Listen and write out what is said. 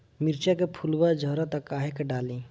मिरचा के फुलवा झड़ता काहे का डाली?